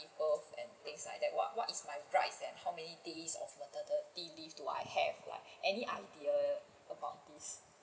people and things like that what what is my rights and how many days of maternity leave do I have or any idea about this